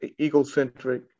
egocentric